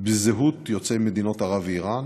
בזהות יוצאי מדינות ערב ואיראן,